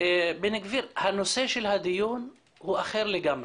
בן גביר, הנושא של הדיון הוא אחר לגמרי.